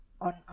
on